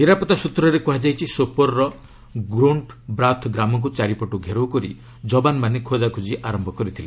ନିରାପତ୍ତା ସୃତ୍ରରେ କୁହାଯାଇଛି ସୋପୋର୍ର ଗୁଣ୍ଡ୍ ବ୍ରାଥ୍ ଗ୍ରାମକୁ ଚାରିପଟୁ ଘେରାଉ କରି ଯବାନମାନେ ଖୋଜାଖୋଜି ଆରମ୍ଭ କରିଥିଲେ